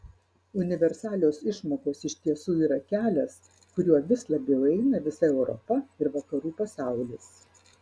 universalios išmokos iš tiesų yra kelias kuriuo vis labiau eina visa europa ir vakarų pasaulis